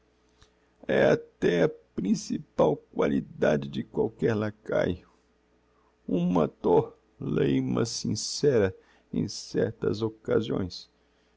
é até a principal qualidade de qualquer lacaio uma to leima sincera em certas occasiões